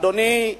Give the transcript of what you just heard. אדוני,